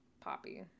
poppy